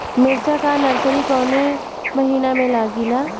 मिरचा का नर्सरी कौने महीना में लागिला?